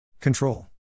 Control